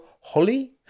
Holly